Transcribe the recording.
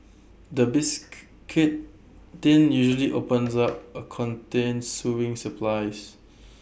the biscuit tin usually opens up to contain sewing supplies